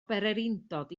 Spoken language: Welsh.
bererindod